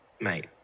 mate